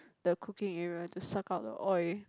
the cooking area to suck out the oil